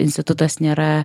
institutas nėra